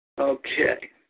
Okay